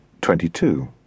twenty-two